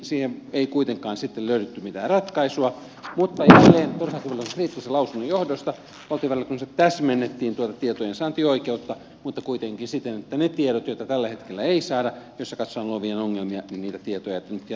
siihen ei kuitenkaan sitten löydetty mitään ratkaisua mutta jälleen perustuslakivaliokunnan kriittisen lausunnon johdosta valtiovarainvaliokunnassa täsmennettiin tuota tietojensaantioikeutta mutta kuitenkin siten että niitä tietoja joita tällä hetkellä ei saada joissa katsotaan olevan vielä ongelmia nyt jatkossa voidaan saada